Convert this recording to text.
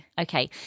Okay